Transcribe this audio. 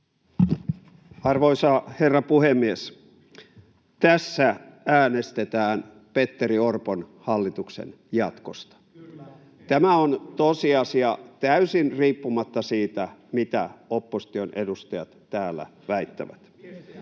Arvoisa herra puhemies! Tässä äänestetään Petteri Orpon hallituksen jatkosta. Tämä on tosiasia, täysin riippumatta siitä, mitä opposition edustajat täällä väittävät. [Antti